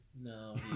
no